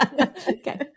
Okay